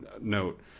note